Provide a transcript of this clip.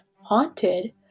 haunted